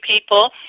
people